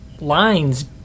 lines